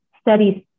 studies